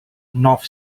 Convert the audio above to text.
north